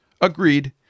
Agreed